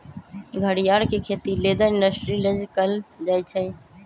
घरियार के खेती लेदर इंडस्ट्री लेल कएल जाइ छइ